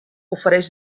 ofereix